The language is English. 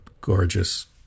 gorgeous